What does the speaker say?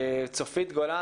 צופית גולן